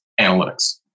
analytics